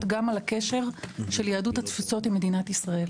גם על הקשר של יהדות התפוצות עם מדינת ישראל,